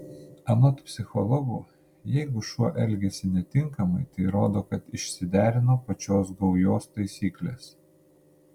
anot psichologų jeigu šuo elgiasi netinkamai tai rodo kad išsiderino pačios gaujos taisyklės